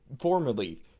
formerly